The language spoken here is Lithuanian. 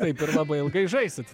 taip ir labai ilgai žaisit